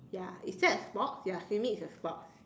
ya is that sports ya swimming is a sport